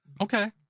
Okay